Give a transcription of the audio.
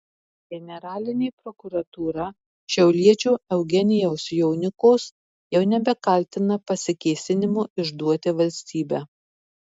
generalinė prokuratūra šiauliečio eugenijaus jonikos jau nebekaltina pasikėsinimu išduoti valstybę